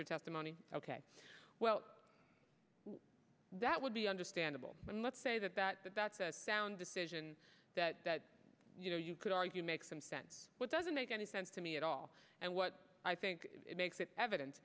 your testimony ok well that would be understandable but let's say that that that that the sound decision that that you know you could argue makes some sense but doesn't make any sense to me at all and what i think it makes it eviden